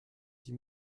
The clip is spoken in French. dis